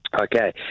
Okay